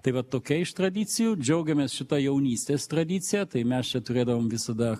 tai va tokia iš tradicijų džiaugiamės šita jaunystės tradicija tai mes čia turėdavom visada